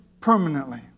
permanently